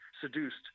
seduced